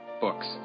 books